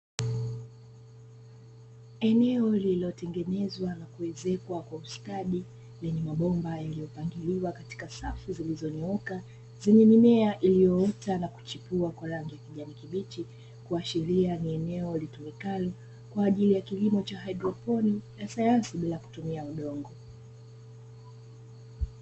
Eneo lilitengenezwa na kuezekwa kwa ustadi lenye mabomba yaliyopangiliwa katika safu zilizonyooka zenye mimea iliyoota na kuchipua kwa rangi ya kijani kibichi, kuashiria ni eneo litumikalo kwajili ya kilimo cha haidroponi ya sayansi bila kutumia udongo.